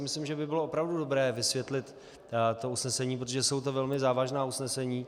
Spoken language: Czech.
Myslím si, že by bylo opravdu dobré vysvětlit to usnesení, protože jsou to velmi závažná usnesení.